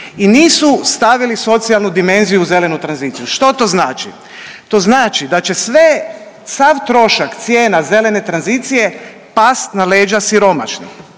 i nisu stavili socijalnu dimenziju u zelenu tranziciju. Što to znači? To znači da će sve, sav trošak cijena zelene tranzicije past na leđa siromašnih,